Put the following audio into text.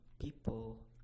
people